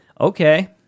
Okay